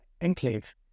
enclave